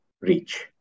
reach